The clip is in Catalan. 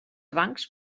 bancs